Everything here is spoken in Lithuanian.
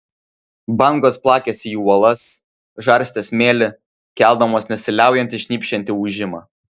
bangos plakėsi į uolas žarstė smėlį keldamos nesiliaujantį šnypščiantį ūžimą